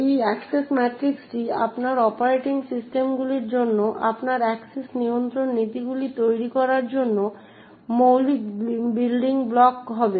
এই অ্যাক্সেস ম্যাট্রিক্সটি আপনার অপারেটিং সিস্টেমগুলির জন্য আপনার অ্যাক্সেস নিয়ন্ত্রণ নীতিগুলি তৈরি করার জন্য মৌলিক বিল্ডিং ব্লক হবে